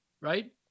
right